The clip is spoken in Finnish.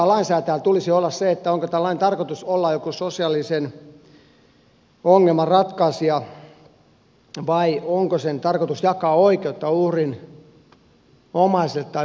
mutta peruslähtökohdan lainsäätäjällä tulisi olla se onko tämän lain tarkoitus olla joku sosiaalisen ongelman ratkaisija vai onko sen tarkoitus jakaa oikeutta uhrin omaisille tai uhrille itselleen